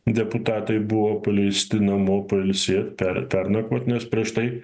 deputatai buvo paleisti namo pailsėt per pernakvot nes prieš tai